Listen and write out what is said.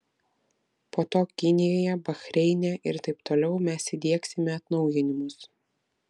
po to kinijoje bahreine ir taip toliau mes įdiegsime atnaujinimus